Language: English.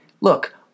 look